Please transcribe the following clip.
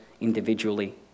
individually